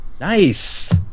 nice